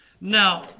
Now